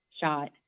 shot